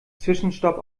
zwischenstopp